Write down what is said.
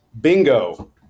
Bingo